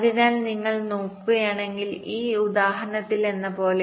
അതിനാൽ നിങ്ങൾ നോക്കുകയാണെങ്കിൽ ഈ ഉദാഹരണത്തിലെന്നപോലെ